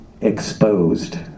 exposed